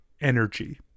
energy